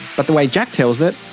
but the way jack tells it,